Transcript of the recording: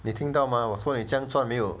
你听到 mah 我说你这样赚没有